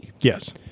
Yes